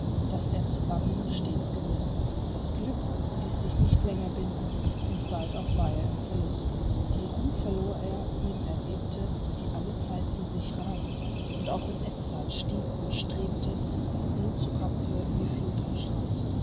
das er zu bannen stets gewußt das glück ließ sich nicht länger binden und bald auch war er im verlust die ruh verlor er ihm erbebte die allezeit so sichre hand und auch in edzard stieg und strebte das blut zu kopf wie fluth am strand